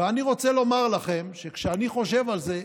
ואני רוצה לומר לכם שכשאני חושב על זה,